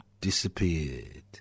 disappeared